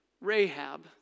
Rahab